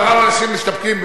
מאחר שהאנשים מסתפקים,